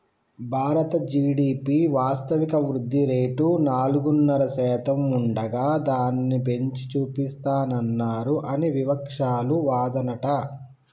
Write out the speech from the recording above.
భారత జి.డి.పి వాస్తవిక వృద్ధిరేటు నాలుగున్నర శాతం ఉండగా దానిని పెంచి చూపిస్తానన్నారు అని వివక్షాలు వాదనట